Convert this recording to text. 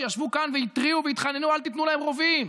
שישבו כאן והתריעו והתחננו: אל תיתנו להם רובים.